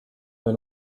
met